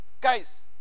Guys